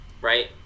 right